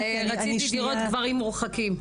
רציתי לראות "גברים מורחקים".